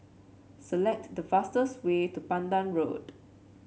select the fastest way to Pandan Road